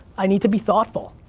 i need to be thoughtful.